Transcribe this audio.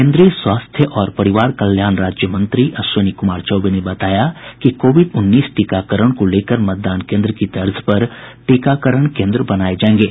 केंद्रीय स्वास्थ्य और परिवार कल्याण राज्य मंत्री अश्विनी कुमार चौबे ने बताया कि कोविड उन्नीस टीकाकरण को लेकर मतदान केन्द्र की तर्ज पर टीकाकरण केन्द्र बनाये जायेंगे